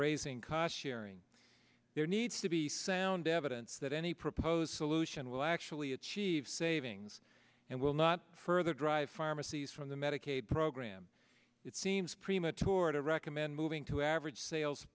raising cost sharing there needs to be sound evidence that any proposed solution will actually achieve savings and will not further drive pharmacies from the medicaid program it seems premature to recommend moving to average sales